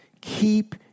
Keep